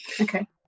Okay